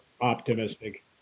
optimistic